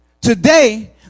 Today